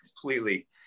completely